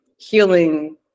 healing